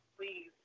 please